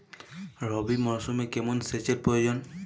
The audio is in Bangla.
রবি মরশুমে কেমন সেচের প্রয়োজন?